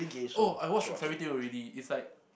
oh I watch Fairy Tail already it's like